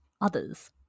others